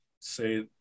Say